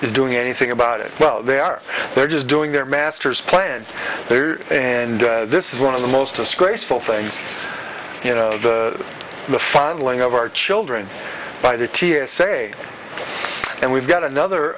doing anything about it well they are they're just doing their master's plan there and this is one of the most disgraceful things you know the fondling of our children by the t s a and we've got another